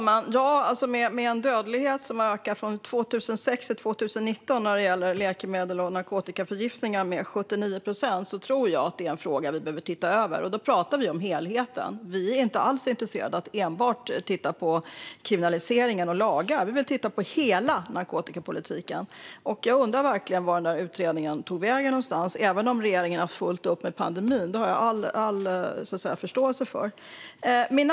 Fru talman! När det gäller läkemedels och narkotikaförgiftningar har dödligheten ökat med 79 procent mellan 2006 och 2019, så jag tror att det är en fråga vi behöver titta över. Då pratar vi om helheten. Vi är inte alls intresserade av att enbart titta på kriminaliseringen och lagar. Vi vill titta på hela narkotikapolitiken. Jag undrar verkligen vart den där utredningen tog vägen, även om jag har all förståelse för att regeringen har haft fullt upp med pandemin.